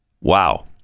Wow